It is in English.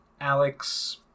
Alex